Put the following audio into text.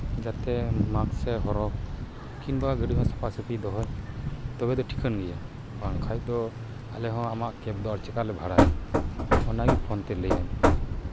ᱡᱟᱛᱮ ᱢᱟᱥᱠᱮ ᱦᱚᱨᱚᱜ ᱠᱤᱢᱵᱟ ᱜᱟᱹᱰᱤᱦᱚᱸ ᱥᱟᱯᱷᱟ ᱥᱟᱹᱯᱷᱤᱭ ᱫᱚᱦᱚᱭ ᱛᱚᱵᱮ ᱛᱚ ᱴᱷᱤᱠᱟᱹᱱ ᱜᱮᱭᱟ ᱵᱟᱝᱠᱷᱟᱱ ᱫᱚ ᱟᱞᱮ ᱦᱚᱸ ᱟᱢᱟᱜ ᱠᱮᱵᱽ ᱫᱚ ᱟᱨ ᱪᱮᱠᱟᱞᱮ ᱵᱷᱟᱲᱟᱭ ᱚᱱᱟᱜᱮ ᱯᱷᱳᱱᱛᱮ ᱞᱟᱹᱭᱟᱭ ᱢᱮ